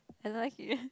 I don't like it